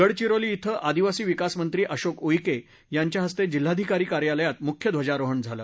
गडचिरोली क्विं आदिवासी विकास मंत्री अशोक उईके यांच्या हस्ते जिल्हाधिकारी कार्यालयात म्ख्य ध्वजारोहण झालं